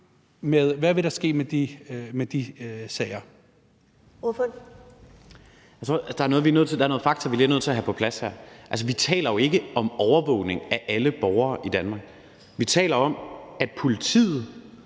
Hvad vil der ske med de sager?